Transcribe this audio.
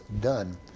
done